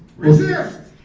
resist.